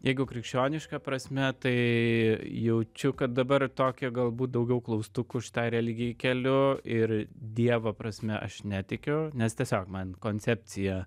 jeigu krikščioniška prasme tai jaučiu kad dabar tokia galbūt daugiau klaustukų šitai religijai keliu ir dievo prasme aš netikiu nes tiesiog man koncepcija